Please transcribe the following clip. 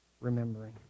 remembering